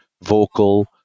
vocal